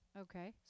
Okay